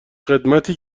خدمتی